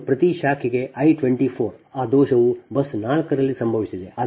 ಈಗ ಪ್ರತಿ ಶಾಖೆಗೆ I 24 ಆ ದೋಷವು ಬಸ್ 4 ನಲ್ಲಿ ಸಂಭವಿಸಿದೆ